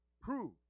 prove